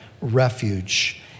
refuge